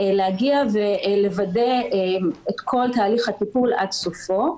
להגיע ולוודא את כל תהליך הטיפול עד סופו.